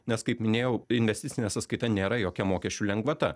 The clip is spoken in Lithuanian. nes kaip minėjau investicinė sąskaita nėra jokia mokesčių lengvata